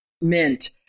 Mint